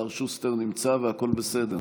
השר שוסטר נמצא, הכול בסדר,